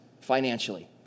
financially